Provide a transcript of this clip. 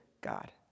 God